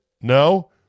No